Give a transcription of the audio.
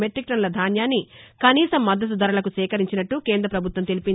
మెట్టిక్ టన్నుల ధాన్యాన్ని కనీస మద్దతు ధరలకు సేకరించినట్ట కేంద్రపభుత్వం తెలిపింది